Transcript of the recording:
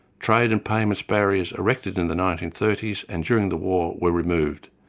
trade and payments barriers erected in the nineteen thirty s and during the war were removed.